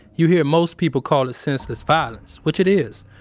you hear most people call it senseless violence, which it is,